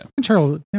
Charles